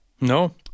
no